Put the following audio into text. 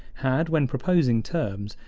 had, when proposing terms,